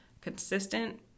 consistent